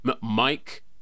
Mike